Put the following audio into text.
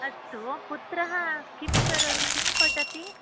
अस्तु पुत्रः किं करोति किं पठति